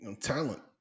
talent